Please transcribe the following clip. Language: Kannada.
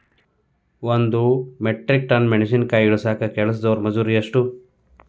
ಒಂದ್ ಮೆಟ್ರಿಕ್ ಟನ್ ಮೆಣಸಿನಕಾಯಿ ಇಳಸಾಕ್ ಕೆಲಸ್ದವರ ಮಜೂರಿ ಎಷ್ಟ?